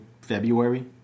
february